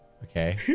Okay